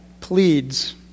pleads